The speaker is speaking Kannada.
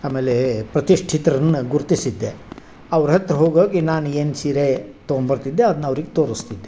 ಆಮೇಲೆ ಪ್ರತಿಷ್ಠಿತರನ್ನ ಗುರುತಿಸಿದ್ದೆ ಅವ್ರ ಹತ್ತಿರ ಹೋಗಿ ಹೋಗಿ ನಾನು ಏನು ಸೀರೆ ತಗೊಂಡ್ಬರ್ತಿದ್ದೆ ಅದ್ನ ಅವ್ರಿಗೆ ತೋರಿಸ್ತಿದ್ದೆ